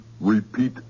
repeat